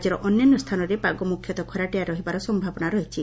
ରାଜ୍ୟର ଅନ୍ୟାନ୍ୟ ସ୍ରାନରେ ପାଗ ମୁଖ୍ୟତଃ ଖରାଟିଆ ରହିବାର ସମ୍ଭାବନା ରହିଛି